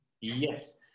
yes